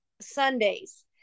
Sundays